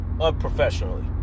unprofessionally